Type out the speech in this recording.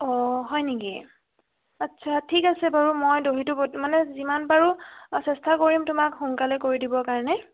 অঁ হয় নেকি আচ্ছা ঠিক আছে বাৰু মই দহিটো বটি মানে যিমান পাৰোঁ চেষ্টা কৰিম তোমাক সোনকালে কৰি দিবৰ কাৰণে